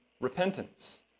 repentance